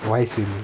why swimming